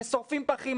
ששורפים פחים.